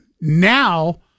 Now